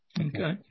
Okay